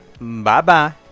Bye-bye